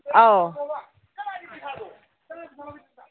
ꯑꯥꯎ